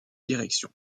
direction